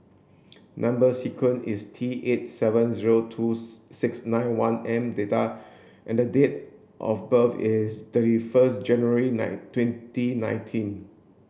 number sequence is T eight seven zero twos six nine one M data and date of birth is thirty first January nine twenty nineteen